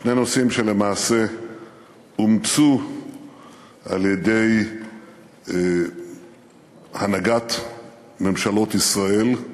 שני נושאים שלמעשה אומצו על-ידי הנהגת ממשלות ישראל,